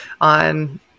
on